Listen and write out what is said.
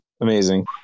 amazing